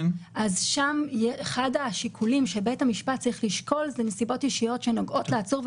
שם אחד השיקולים שבית המשפט צריך לשקול זה נסיבות אישיות שנוגעות לעצור,